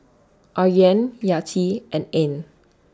Aryan Yati and Ain